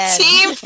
team